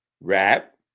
rap